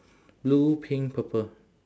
blue pink purple